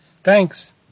Thanks